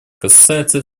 касается